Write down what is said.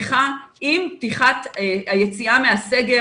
עם היציאה מהסגר